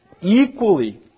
equally